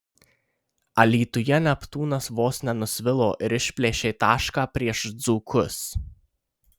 alytuje neptūnas vos nenusvilo ir išplėšė tašką prieš dzūkus